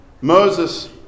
Moses